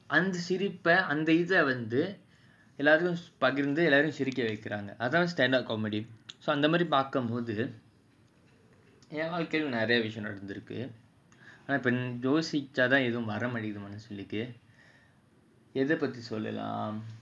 அந்தசிரிப்பைஅந்தஇதவந்துஎல்லோருக்கும்பகிர்ந்துஎல்லாரையும்சிரிக்கவைக்குறாங்கஅதான்:andha siripai andha idha vandhu ellorukkum pakirnthu ellorayum sirikka vaikuranga adhan stand up comedy அந்தமாதிரிபாக்கும்போதுஎன்வாழ்க்கைலயும்நெறயநடந்துருக்குஆனாயோசிச்சாதான்எதுவும்வரமாட்டேங்குதுஎதைபத்திசொல்லலாம்:andha madhiri parkumpothu en valkailayum neraya nadanthurukku aana yosichathan edhuvum vara matenguthu etha paththi sollalam